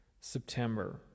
September